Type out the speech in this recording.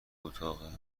اتاقه